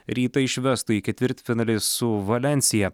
rytą išvestų į ketvirtfinalį su valensija